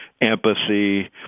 empathy